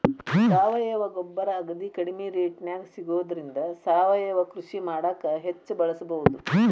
ಸಾವಯವ ಗೊಬ್ಬರ ಅಗದಿ ಕಡಿಮೆ ರೇಟ್ನ್ಯಾಗ ಸಿಗೋದ್ರಿಂದ ಸಾವಯವ ಕೃಷಿ ಮಾಡಾಕ ಹೆಚ್ಚ್ ಬಳಸಬಹುದು